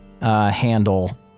handle